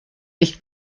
nicht